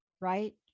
right